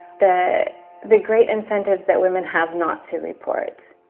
the the great incentives that women have not to report,